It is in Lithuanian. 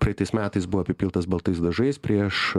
praeitais metais buvo apipiltas baltais dažais prieš